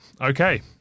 Okay